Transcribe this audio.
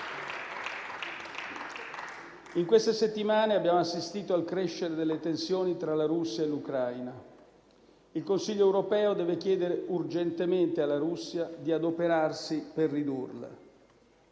In queste settimane abbiamo assistito al crescere delle tensioni tra la Russia e l'Ucraina. Il Consiglio europeo deve chiedere urgentemente alla Russia di adoperarsi per ridurle.